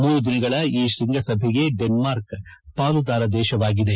ಮೂರು ದಿನಗಳ ಈ ಶ್ವಂಗಸಭೆಗೆ ಡೆನ್ನಾರ್ಕ್ ಪಾಲುದಾರ ದೇಶವಾಗಿದೆ